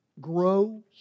grow